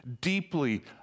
deeply